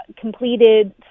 completed